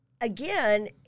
Again